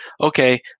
okay